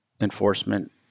enforcement